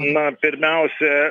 na pirmiausia